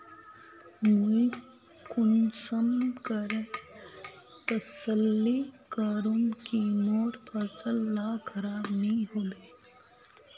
मुई कुंसम करे तसल्ली करूम की मोर फसल ला खराब नी होबे?